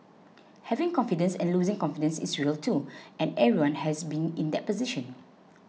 having confidence and losing confidence is real too and everyone has been in that position